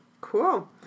Cool